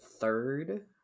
Third